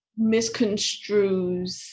misconstrues